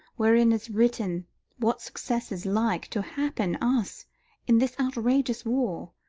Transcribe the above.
wherein is written what success is like to happen us in this outrageous war